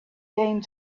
came